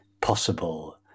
possible